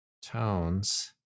tones